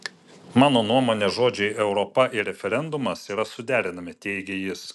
mano nuomone žodžiai europa ir referendumas yra suderinami teigė jis